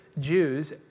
Jews